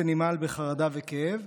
זה נמהל בחרדה ובכאב,